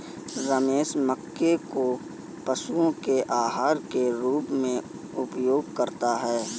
रमेश मक्के को पशुओं के आहार के रूप में उपयोग करता है